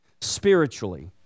spiritually